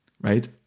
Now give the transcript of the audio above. right